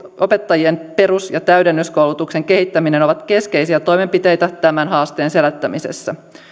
opettajien perus ja täydennyskoulutuksen kehittäminen ovat keskeisiä toimenpiteitä tämän haasteen selättämisessä